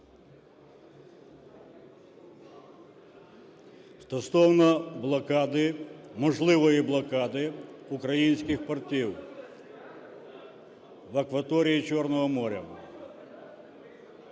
Стосовно блокади, можливої блокади українських портів в акваторії Чорного моря.